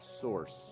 source